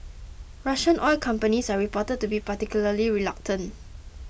Russian oil companies are reported to be particularly reluctant